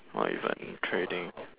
or even trading